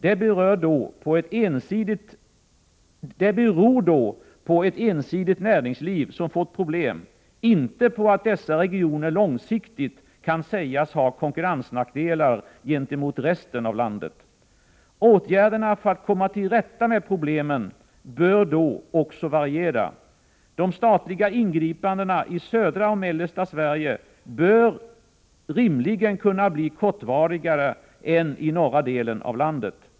Det beror då på ett ensidigt näringsliv som fått problem, inte på att dessa regioner långsiktigt kan sägas ha konkurrensnackdelar gentemot resten av landet. Åtgärderna för att komma till rätta med problemen bör då också variera. De statliga ingripandena i södra och mellersta Sverige bör rimligen kunna bli kortvarigare än i norra delen av landet.